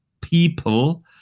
people